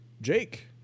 Jake